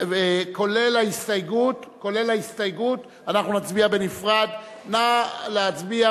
קובע שההסתייגות נתקבלה והסעיף נמחק.